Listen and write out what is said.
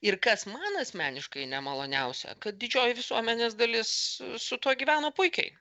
ir kas man asmeniškai nemaloniausia kad didžioji visuomenės dalis su tuo gyveno puikiai